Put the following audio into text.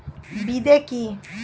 বিদে কি?